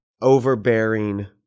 overbearing